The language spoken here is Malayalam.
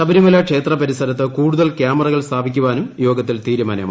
ശബരിമല ക്ഷേത്രപരിസരത്ത് കൂടുതൽ ക്യാമറകൾ സ്ഥാപിക്കുവാനും യോഗത്തിൽ തീരുമാനമായി